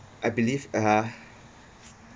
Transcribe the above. I believe uh